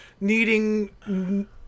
needing